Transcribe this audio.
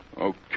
Okay